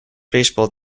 baseball